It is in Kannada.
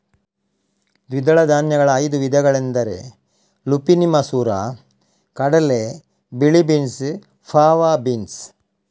ದ್ವಿದಳ ಧಾನ್ಯಗಳ ಐದು ವಿಧಗಳೆಂದರೆ ಲುಪಿನಿ ಮಸೂರ ಕಡಲೆ, ಬಿಳಿ ಬೀನ್ಸ್, ಫಾವಾ ಬೀನ್ಸ್